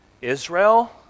Israel